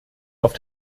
auf